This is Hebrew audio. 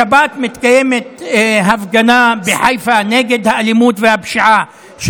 בשבת מתקיימת הפגנה של ועדת המעקב בחיפה נגד האלימות והפשיעה.